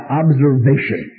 observation